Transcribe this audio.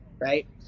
right